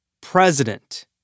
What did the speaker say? president